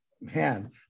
man